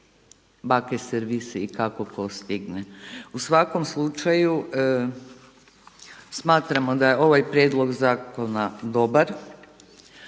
bake servisi i kako tko stigne. U svakom slučaju smatramo da je ovaj prijedlog zakona dobar,